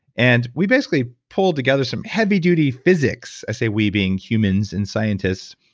and we basically pull together some heavy-duty physics. i say we being humans and scientists.